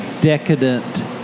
decadent